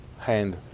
hand